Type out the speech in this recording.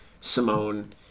Simone